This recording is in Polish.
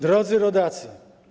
Drodzy Rodacy!